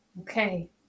Okay